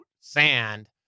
sand